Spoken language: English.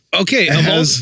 okay